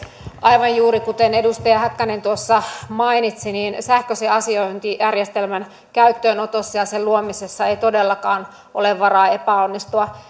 aivan juuri kuten edustaja häkkänen tuossa mainitsi sähköisen asiointijärjestelmän käyttöönotossa ja sen luomisessa ei todellakaan ole varaa epäonnistua